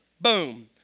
Boom